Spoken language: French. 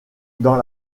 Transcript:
dans